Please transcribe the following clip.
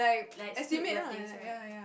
like suit your taste right